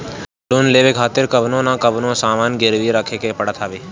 loan लेवे खातिर कवनो न कवनो सामान गिरवी रखे के पड़त हवे